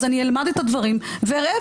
אז אני אלמד את הדברים ואראה,